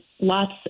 lots